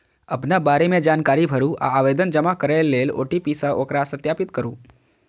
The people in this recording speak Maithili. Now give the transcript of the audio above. अपना बारे मे जानकारी भरू आ आवेदन जमा करै लेल ओ.टी.पी सं ओकरा सत्यापित करू